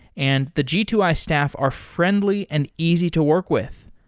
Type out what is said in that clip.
and the g two i staff are friendly and easy to work with.